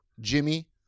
Jimmy